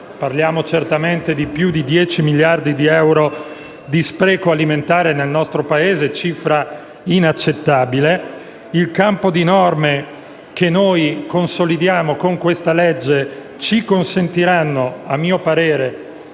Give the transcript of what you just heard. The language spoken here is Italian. parliamo di più di 10 miliardi di euro di spreco alimentare nel nostro Paese, una cifra inaccettabile. Le norme che consolidiamo con questa legge ci consentiranno, a mio parere,